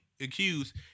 Accused